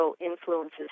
influences